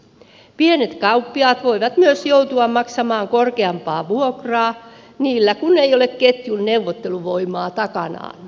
pienet kauppiaat voivat myös joutua maksamaan korkeampaa vuokraa niillä kun ei ole ketjun neuvotteluvoimaa takanaan